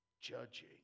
judging